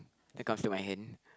I can't feel my hand